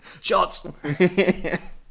Shots